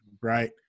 right